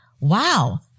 wow